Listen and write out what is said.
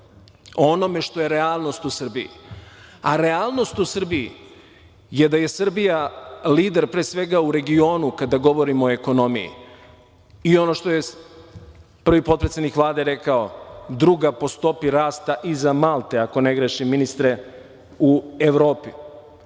o onome što je realnost u Srbiji, a realnost u Srbiji je da je Srbija lider, pre svega, u regionu, kada govorimo o ekonomiji i, ono što je prvi potpredsednik Vlade rekao, druga po stopi rasta, iza Malte, ako ne grešim, ministre, u Evropi,